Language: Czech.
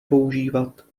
používat